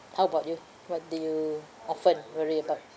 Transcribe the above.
how about you what do you often worry about